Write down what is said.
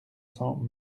cent